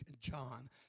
John